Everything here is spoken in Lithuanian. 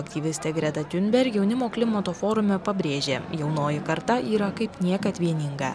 aktyvistė greta tiunberg jaunimo klimato forume pabrėžė jaunoji karta yra kaip niekad vieninga